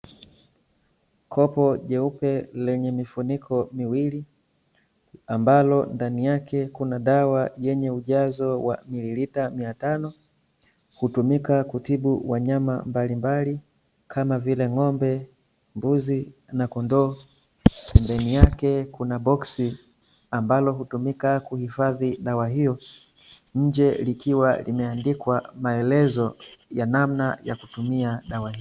Kopo jeupe lenye mifuniko miwili ambalo ndani yake kuna dawa yenye ujazo wa mililita mia tano hutumika kutibu wanyama mbalimbali kama vile ng'ombe, mbuzi na kondoo. Pembeni yake kuna boksi ambalo hutumika kuhifadhi dawa hiyo, nje likiwa limeandikwa maelezo ya namna ya kutumia dawa.